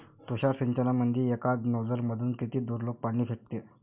तुषार सिंचनमंदी एका नोजल मधून किती दुरलोक पाणी फेकते?